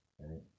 right